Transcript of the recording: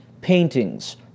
paintings